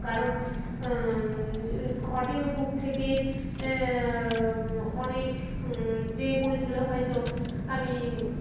কারণ audio book থেকে অনেক যে বইগুলো হয়তো আমি